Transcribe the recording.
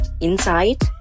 inside